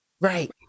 Right